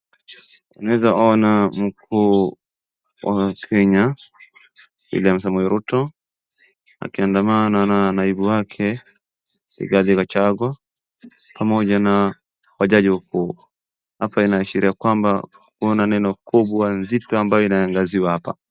Tunaweza ona mkuu wa kenya William Samoei Ruto, akiandamana na naibu wake Rigathi Gachagua pamoja na wajaji wakuu. Hapa inaashiria kwamba wana neno kubwa nzito ambayo inaangaziwa hapa.